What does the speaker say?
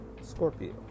scorpio